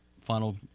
final